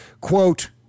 Quote